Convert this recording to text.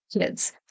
kids